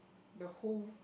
the whole